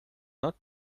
not